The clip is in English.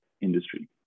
industry